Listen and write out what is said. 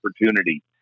opportunity